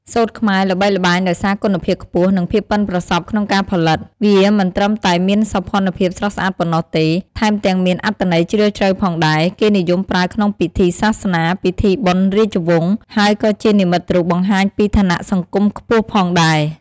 សូត្រខ្មែរល្បីល្បាញដោយសារគុណភាពខ្ពស់ និងភាពប៉ិនប្រសប់ក្នុងការផលិត វាមិនត្រឹមតែមានសោភ័ណភាពស្រស់ស្អាតប៉ុណ្ណោះទេ ថែមទាំងមានអត្ថន័យជ្រាលជ្រៅផងដែរ គេនិយមប្រើក្នុងពិធីសាសនា ពិធីបុណ្យរាជវង្ស ហើយក៏ជានិមិត្តរូបបង្ហាញពីឋានៈសង្គមខ្ពស់ផងដែរ។